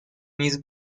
نیز